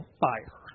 fire